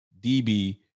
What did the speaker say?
DB